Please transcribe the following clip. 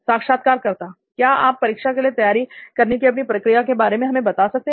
साक्षात्कारकर्ता क्या आप परीक्षा के लिए तैयारी करने की अपनी प्रक्रिया के बारे में हमें बता सकते हैं